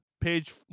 Page